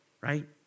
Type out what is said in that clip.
right